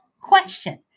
question